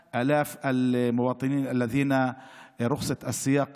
להלן תרגומם: זו בשורה למאות אלפים אזרחים אשר רישיון הנהיגה